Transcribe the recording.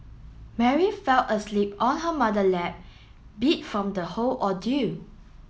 Mary fell asleep on her mother lap beat from the whole ordeal